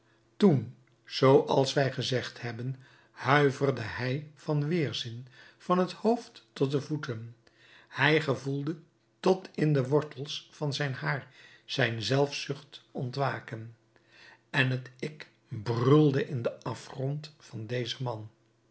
toen zooals wij gezegd hebben huiverde hij van weerzin van het hoofd tot de voeten hij gevoelde tot in de wortels van zijn haar zijn zelfzucht ontwaken en het ik brulde in den afgrond van dezen man